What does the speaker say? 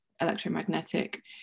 electromagnetic